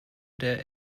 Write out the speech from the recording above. der